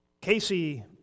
Casey